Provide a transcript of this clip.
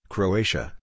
Croatia